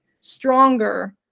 stronger